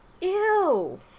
Ew